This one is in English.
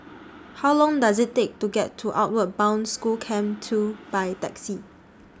How Long Does IT Take to get to Outward Bound School Camp two By Taxi